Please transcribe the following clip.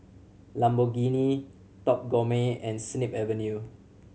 Lamborghini Top Gourmet and Snip Avenue